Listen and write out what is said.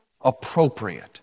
appropriate